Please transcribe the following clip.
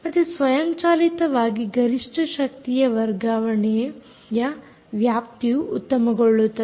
ಮತ್ತೆ ಸ್ವಯಂಚಾಲಿತವಾಗಿ ಗರಿಷ್ಠ ಶಕ್ತಿ ವರ್ಗಾವಣೆಯ ವ್ಯಾಪ್ತಿಯು ಉತ್ತಮಗೊಳ್ಳುತ್ತದೆ